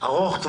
לטווח ארוך.